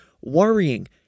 worrying